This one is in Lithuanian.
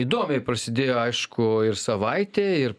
įdomiai prasidėjo aišku ir savaitė ir